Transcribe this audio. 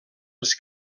els